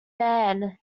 man